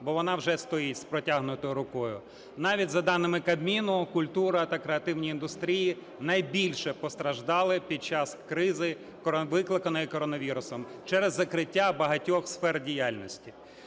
бо вона вже стоїть з протягнутою рукою. Навіть за даними Кабміну культура та креативні індустрії найбільша постраждали під час кризи, викликаної коронавірусом, через закриття багатьох сфер діяльності.